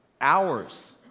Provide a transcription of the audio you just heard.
Hours